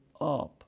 up